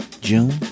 June